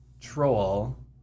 troll